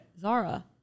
Zara